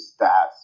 stats